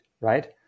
right